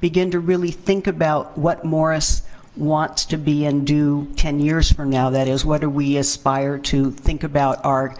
begin to really think about what morris wants to be and do ten years from now. that is, whether we aspire to think about our